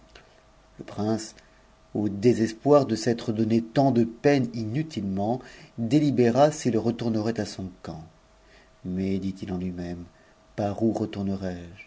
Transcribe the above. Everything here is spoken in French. le prince au désespoir de s'être donné tant de peines inutito délibéra s'it retournerait à son camp mais dit h en lui